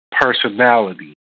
personality